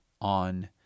on